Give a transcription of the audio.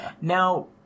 Now